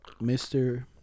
Mr